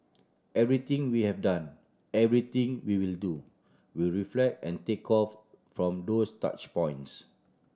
everything we have done everything we will do will reflect and take off from those touch points